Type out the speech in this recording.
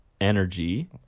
energy